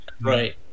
Right